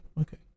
okay